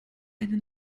eine